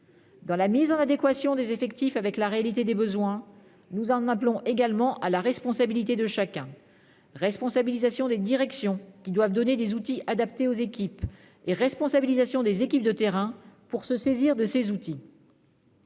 Dans la mise en adéquation des effectifs avec la réalité des besoins, nous en appelons également à la responsabilité de chacun, c'est-à-dire à la responsabilisation des directions, qui doivent donner des outils adaptés aux équipes, et à la responsabilisation des équipes de terrain pour se saisir de ces outils.